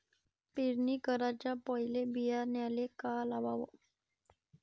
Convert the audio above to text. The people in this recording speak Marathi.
पेरणी कराच्या पयले बियान्याले का लावाव?